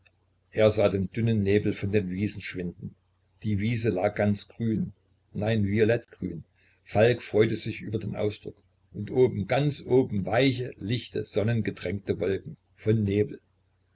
er sah den dünnen nebel von den wiesen schwinden die wiese lag ganz grün nein violettgrün falk freute sich über den ausdruck und oben ganz oben weiche lichte sonnengetränkte wolken von nebel